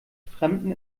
fremden